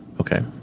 Okay